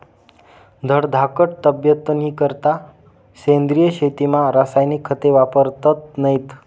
धडधाकट तब्येतनीकरता सेंद्रिय शेतीमा रासायनिक खते वापरतत नैत